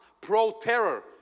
pro-terror